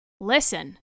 Listen